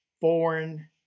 foreign